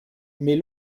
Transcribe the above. mais